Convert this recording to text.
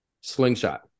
slingshot